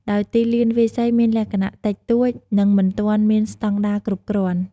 ដោយ ទីលានវាយសី មានលក្ខណៈ តិចតួច និងមិនទាន់មានស្តង់ដារគ្រប់គ្រាន់។